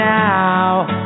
now